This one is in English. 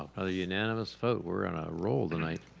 other unanimous vote? we're on a roll tonight.